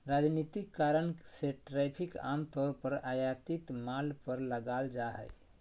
राजनीतिक कारण से टैरिफ आम तौर पर आयातित माल पर लगाल जा हइ